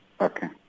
Okay